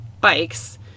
bikes